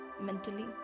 mentally